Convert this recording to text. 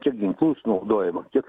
kiek ginklų sunaudojama kiek